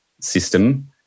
system